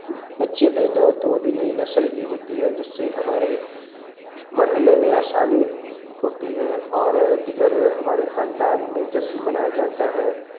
بچے پیدا ہوتے ہیں وہ بھی نئی نسل کی ہوتی ہے جس سے ہمارے مرحلے میں آسانی ہوتی ہے اور دیگر ہمارے خاندان میں جشن منایا جاتا ہے